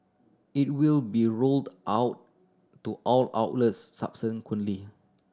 it will be rolled out to all outlets subsequently